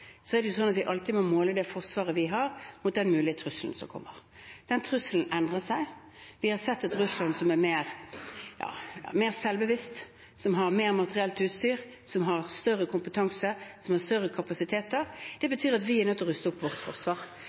den mulige trusselen som kommer. Den trusselen endrer seg. Vi har sett et Russland som er mer selvbevisst, som har mer materielt utstyr, som har større kompetanse, som har større kapasiteter. Det betyr at vi er nødt til å ruste opp vårt forsvar.